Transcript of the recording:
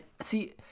see